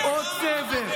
עכשיו.